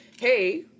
Hey